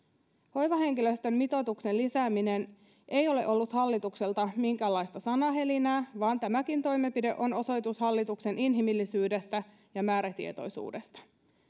hoivahenkilöstön mitoituksen lisääminen ei ole ollut hallitukselta minkäänlaista sanahelinää vaan tämäkin toimenpide on osoitus hallituksen inhimillisyydestä ja määrätietoisuudesta